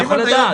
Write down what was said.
אני יכול לדעת?